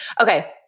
Okay